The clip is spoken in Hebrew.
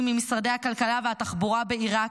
ממשרד הכלכלה ומשרד התחבורה בעיראק,